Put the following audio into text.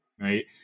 right